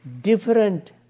different